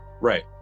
Right